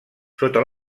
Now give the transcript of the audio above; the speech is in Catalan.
sota